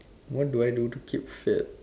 what do I do to keep fit